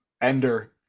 Ender